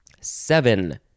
Seven